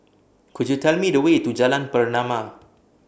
Could YOU Tell Me The Way to Jalan Pernama